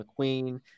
mcqueen